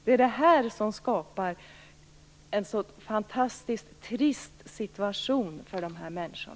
Det är denna ovisshet som skapar en så fantastiskt trist situation för dessa människor.